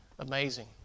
amazing